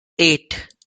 eight